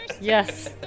Yes